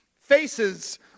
faces